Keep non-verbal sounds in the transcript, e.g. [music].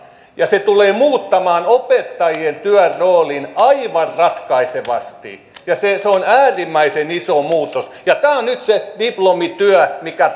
se tulee muuttamaan opettajien työn roolin aivan ratkaisevasti ja se on äärimmäisen iso muutos tämä on nyt se diplomityö mikä [unintelligible]